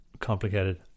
complicated